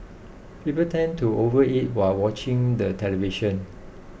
people tend to overeat while watching the television